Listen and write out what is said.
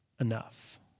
enough